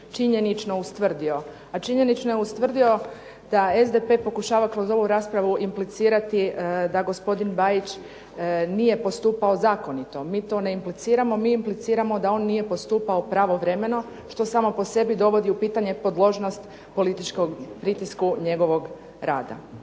činjenično ustvrdio. A činjenično je ustvrdio da SDP pokušava kroz ovu raspravu implicirati da gospodin Bajić nije postupao zakonito. Mi to ne impliciramo, mi impliciramo da on nije postupao pravovremeno što samo po sebi dovodi u pitanje podložnost političkom pritisku njegovog rada.